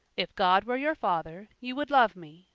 if god were your father, you would love me,